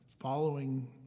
following